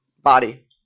body